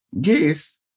Guess